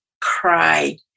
cry